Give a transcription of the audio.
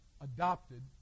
adopted